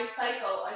cycle